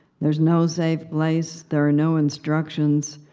there's no safe place there are no instructions.